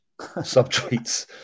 Subtweets